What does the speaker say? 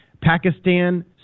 Pakistan